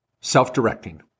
self-directing